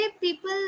people